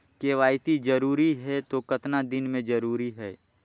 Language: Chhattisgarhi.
के.वाई.सी जरूरी हे तो कतना दिन मे जरूरी है?